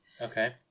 Okay